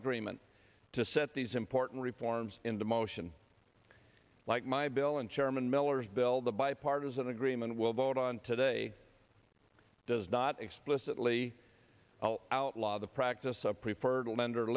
agreement to set these important reforms into motion like my bill and chairman miller's bill the bipartisan agreement will vote on today does not explicitly outlaw the practice of preferred lend